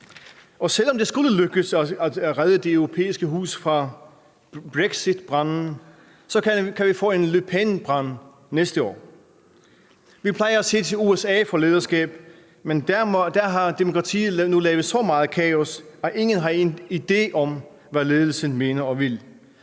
Og selv om det skulle lykkes at redde det europæiske hus fra Brexitbranden, så kan vi få en Le Pen-brand næste år. Vi plejer at se til USA for lederskab, men der har demokratiet nu lavet så meget kaos, at ingen har nogen idé om, hvad ledelsen mener og vil.